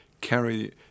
carry